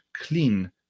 clean